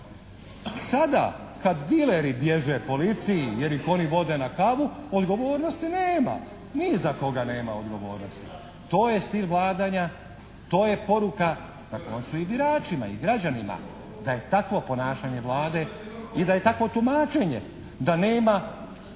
Sada kada dileri bježe policiji jer ih oni vode na kavu, odgovornosti nema, ni za koga nema odgovornosti. To je stil vladanja, to je poruka na koncu i biračima i građanima, da je takvo ponašanje Vlade i da je takvo tumačenje da nema